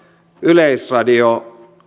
yleisradio